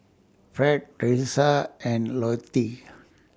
Ferd Teresa and Lottie